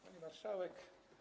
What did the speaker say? Pani Marszałek!